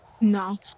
No